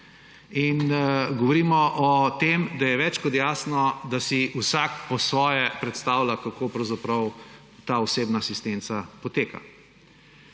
in govorimo o tem, da je več kot jasno, da si vsak po svoje predstavlja, kako pravzaprav ta osebna asistenca poteka.